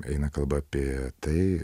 eina kalba apie tai